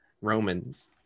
romans